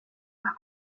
más